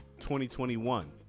2021